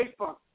Facebook